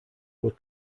were